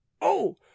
Oh